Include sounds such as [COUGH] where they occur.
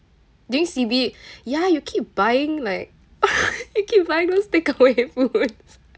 during C_B ya you keep buying like [LAUGHS] you keep buying those takeaway foods